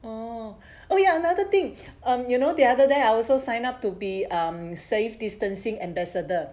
oh oh ya another thing um you know the other day I also sign up to be um safe distancing ambassador